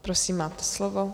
Prosím, máte slovo.